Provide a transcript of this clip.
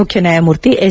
ಮುಖ್ಯನ್ನಾಯಮೂರ್ತಿ S